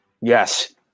Yes